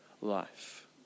life